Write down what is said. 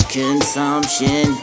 consumption